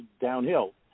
downhill